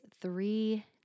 three